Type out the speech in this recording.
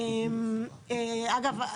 אגב,